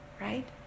right